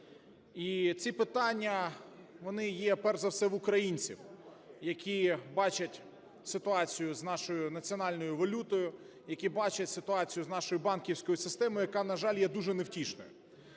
і ці питання, вони є перш за все в українців, які бачать ситуацію з нашою національною валютою, які бачать ситуацію з нашою банківською системою, яка, на жаль, є дуже невтішною.